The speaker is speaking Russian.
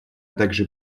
также